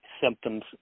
symptoms